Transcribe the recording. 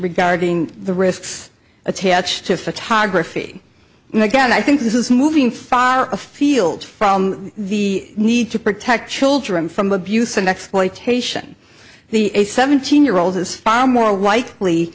regarding the risks attached to photography and again i think this is moving far afield from the need to protect children from abuse and exploitation the a seventeen year old is far more